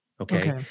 Okay